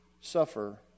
suffer